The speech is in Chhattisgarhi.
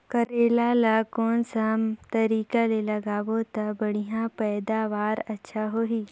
करेला ला कोन सा तरीका ले लगाबो ता बढ़िया पैदावार अच्छा होही?